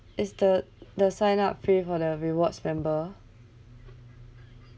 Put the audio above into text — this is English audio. is the the sign-up free for the rewards member